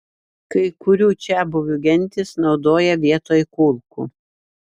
kai kurių čiabuvių gentys naudoja vietoj kulkų